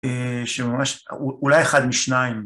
שממש, אולי אחד משניים